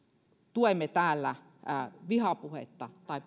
tuemme täällä vihapuhetta tai